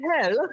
hell